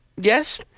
Yes